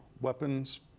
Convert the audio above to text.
weapons